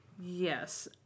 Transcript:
Yes